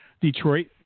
Detroit